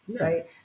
right